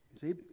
see